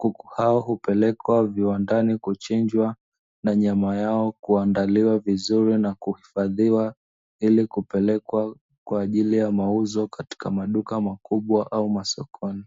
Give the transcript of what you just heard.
kuku hao hupelekwa viwandani kuchinjwa na nyama yao kuandaliwa vizuri na kuhifadhiwa ili kupelekwa kwa ajili ya mauzo katika maduka makubwa au masokoni.